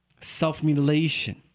self-mutilation